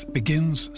begins